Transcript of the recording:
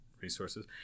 resources